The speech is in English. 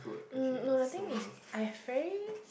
mm no the thing is I've already